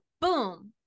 boom